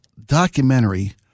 documentary